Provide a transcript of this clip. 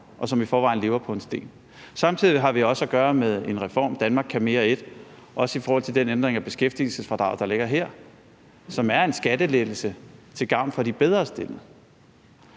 og som i forvejen lever på en sten. Samtidig har vi også at gøre med en reform, »Danmark kan mere I«, også i forhold til den ændring af beskæftigelsesfradraget, der ligger her, som er en skattelettelse til gavn for de bedrestillede.